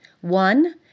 One